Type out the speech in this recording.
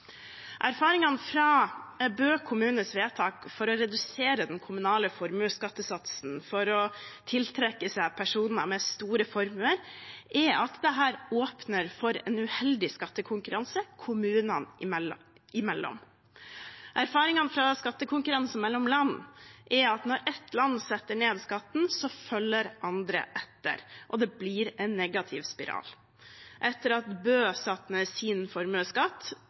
Erfaringene fra Bø kommunes vedtak om å redusere den kommunale formuesskattesatsen for å tiltrekke seg personer med store formuer er at dette åpner for en uheldig skattekonkurranse kommunene imellom. Erfaringene fra skattekonkurranse mellom land er at når et land setter ned skatten, følger andre etter, og det blir en negativ spiral. Etter at Bø satte ned sin formuesskatt,